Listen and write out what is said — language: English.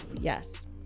Yes